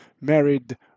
married